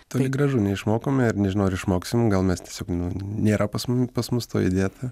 toli gražu neišmokome ir nežinau ar išmoksim gal mes tiesiog nėra pas mumi pas mus to įdėta